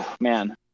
man